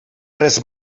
tres